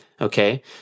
Okay